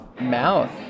mouth